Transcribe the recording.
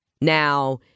Now